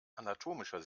anatomischer